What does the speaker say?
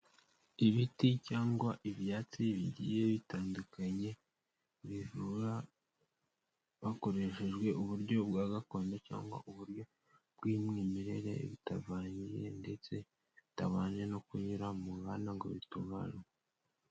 Ibiti cyangwa ibyatsi bigiye bitandukanye bivura hakoreshejwe uburyo bwa gakondo cyangwa uburyo bw'umwimerere bitavangiye ndetse bitabanje no kunyura mu nganda ngo bitunganwe.